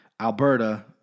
Alberta